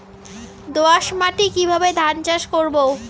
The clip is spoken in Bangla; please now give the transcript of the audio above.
দোয়াস মাটি কিভাবে ধান চাষ করব?